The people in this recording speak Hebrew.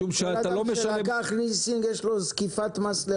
לכל אדם שלקח ליסינג יש זקיפת מס.